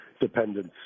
dependence